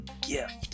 gift